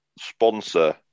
sponsor